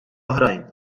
oħrajn